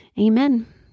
Amen